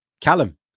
Callum